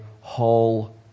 whole